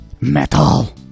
Metal